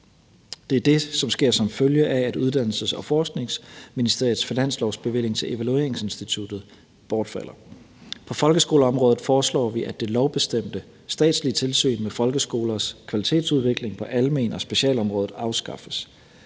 Det er det, der sker, som følge af at Uddannelses- og Forskningsministeriets finanslovsbevilling til evalueringsinstituttet bortfalder. På folkeskoleområdet foreslår vi at det lovbestemte statslige tilsyn med folkeskolers kvalitetsudvikling på almen- og specialområdet afskaffes.